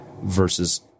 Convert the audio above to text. versus